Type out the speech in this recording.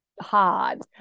hard